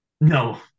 No